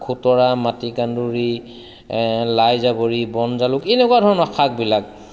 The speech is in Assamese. খুতৰা মাটিকাঁন্দুৰি লাইজাবৰি বনজালুক এনেকুৱা ধৰণৰ শাকবিলাক